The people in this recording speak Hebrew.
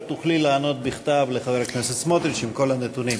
את תוכלי לענות בכתב לחבר הכנסת סמוטריץ עם כל הנתונים.